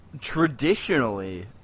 Traditionally